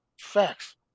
facts